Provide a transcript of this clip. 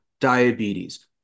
diabetes